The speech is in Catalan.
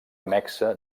annexa